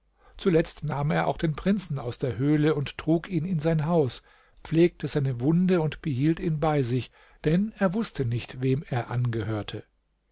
zuletzt nahm er auch den prinzen aus der höhle und trug ihn in sein haus pflegte seine wunde und behielt ihn bei sich denn er wußte nicht wem er angehörte